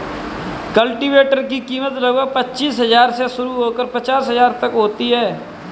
cultivator की कीमत लगभग पचीस हजार से शुरू होकर पचास हजार तक होती है